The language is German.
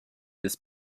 des